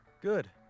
good